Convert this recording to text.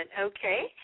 Okay